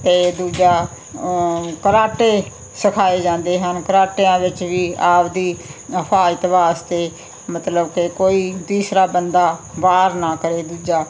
ਅਤੇ ਦੂਜਾ ਕਰਾਟੇ ਸਿਖਾਏ ਜਾਂਦੇ ਹਨ ਕਰਾਟਿਆਂ ਵਿੱਚ ਵੀ ਆਪਦੀ ਹਿਫਾਜਤ ਵਾਸਤੇ ਮਤਲਬ ਕਿ ਕੋਈ ਤੀਸਰਾ ਬੰਦਾ ਵਾਰ ਨਾ ਕਰੇ